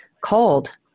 cold